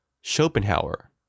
schopenhauer